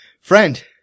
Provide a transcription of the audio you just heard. Friend